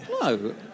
no